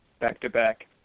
back-to-back